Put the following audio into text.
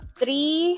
three